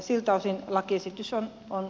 siltä osin lakiesitys on vain